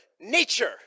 nature